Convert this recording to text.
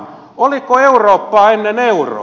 oliko eurooppaa ennen euroa